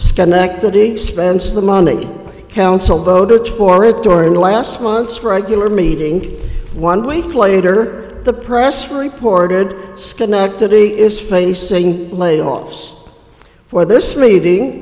schenectady spends the money council voted for it during the last months regular meeting one week later the press reported schenectady is facing layoffs for this meeting